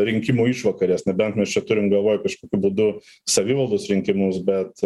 rinkimų išvakarės nebent mes čia turim galvoj kažkokiu būdu savivaldos rinkimus bet